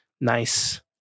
nice